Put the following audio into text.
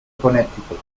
connecticut